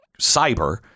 cyber